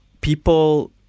people